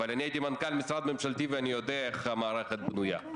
אבל הייתי מנכ"ל משרד ממשלתי ואני יודע איך המערכת בנויה.